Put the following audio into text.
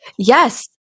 Yes